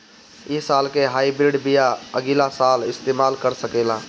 इ साल के हाइब्रिड बीया अगिला साल इस्तेमाल कर सकेला?